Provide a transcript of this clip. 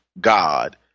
God